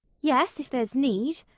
yes, if there's need.